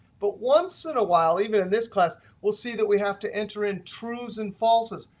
but once in a while, even in this class, we'll see that we have to enter in trues and falses.